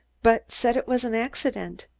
but said it was an accident.